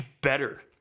better